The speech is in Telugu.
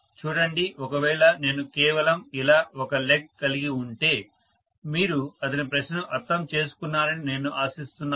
చూడండి ఒకవేళ నేను కేవలం ఇలా ఒక లెగ్ కలిగి ఉంటే మీరు అతని ప్రశ్నను అర్థం చేసుకున్నారని నేను ఆశిస్తున్నాను